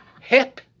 hip